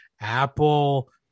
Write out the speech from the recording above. apple